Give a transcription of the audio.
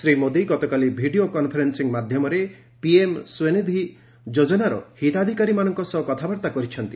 ଶ୍ରୀ ମୋଦୀ ଗତକାଲି video conferencing ମାଧ୍ୟମରେ PM SVANidhi ଯୋଜନାର ହିତାଧିକାରୀମାନଙ୍କ ସହ କଥାବାର୍ତ୍ତା କରିଛନ୍ତି